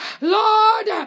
Lord